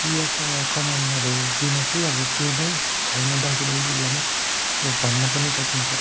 चियाका कमानहरूबिना चाहिँ अब केही नै छैन दार्जिलिङ जिल्लामा हो भन्न पनि सकिन्छ